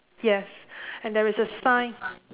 yes and there is a sign